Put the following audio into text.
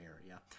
area